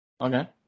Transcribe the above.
Okay